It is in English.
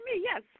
yes